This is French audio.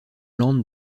land